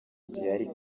gihari